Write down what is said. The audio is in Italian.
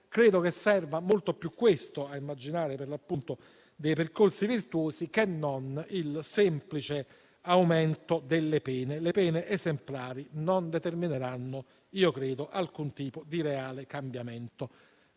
Credo che serva molto più questo a immaginare, per l'appunto, dei percorsi virtuosi che non il semplice aumento delle pene. Le pene esemplari non determineranno - io credo - alcun tipo di reale cambiamento.